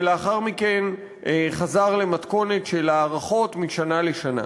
ולאחר מכן זה חזר למתכונת של הארכות משנה לשנה.